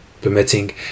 permitting